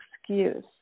excuse